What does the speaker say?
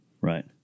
Right